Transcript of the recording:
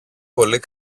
πολύ